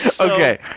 okay